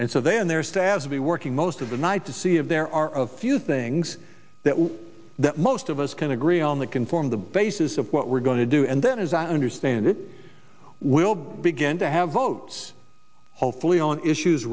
and so they and their staff to be working most of the night to see if there are of few things that most of us can agree on that can form the basis of what we're going to do and then as i understand it we'll begin to have votes hopefully on issues